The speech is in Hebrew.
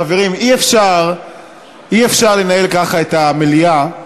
חברים, אי-אפשר לנהל ככה את המליאה,